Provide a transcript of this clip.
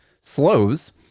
slows